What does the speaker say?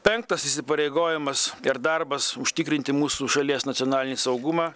penktas įsipareigojimas ir darbas užtikrinti mūsų šalies nacionalinį saugumą